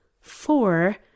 Four